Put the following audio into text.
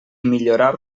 millorar